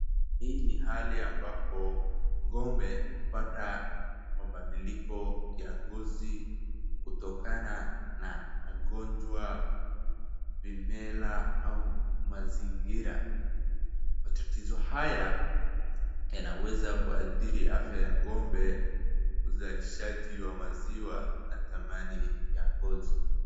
Hii ni hali ambapo ng'ombe hupata mabadiliko ya ngozi, kutokana na magonjwa, vimela au mazingira. Matatizo haya, yanaweza kuathiri afya ya ng'ombe, uzalishaji wa maziwa na thamani ya ngozi.